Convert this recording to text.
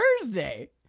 Thursday